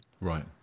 Right